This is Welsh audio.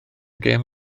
gêm